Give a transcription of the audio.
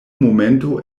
momento